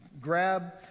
grab